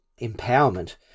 empowerment